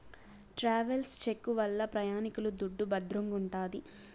travels cheque వల్ల ప్రయాణికుల దుడ్డు భద్రంగుంటాది